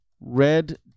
red